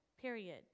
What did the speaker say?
period